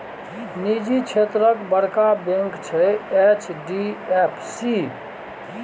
निजी क्षेत्रक बड़का बैंक छै एच.डी.एफ.सी